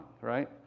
right